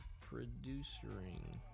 Producing